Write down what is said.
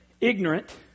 ignorant